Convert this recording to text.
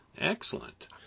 Excellent